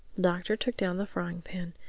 doctor took down the frying-pan.